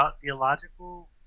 theological